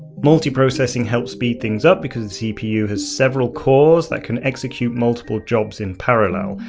multiprocessing helps speed things up because the cpu has several cores that can execute multiple jobs in parallel.